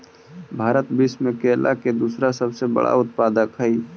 भारत विश्व में केला के दूसरा सबसे बड़ा उत्पादक हई